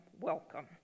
welcome